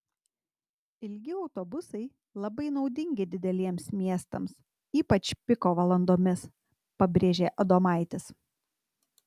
ilgi autobusai labai naudingi dideliems miestams ypač piko valandomis pabrėžė adomaitis